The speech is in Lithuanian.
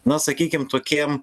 na sakykim tokiem